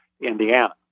Indiana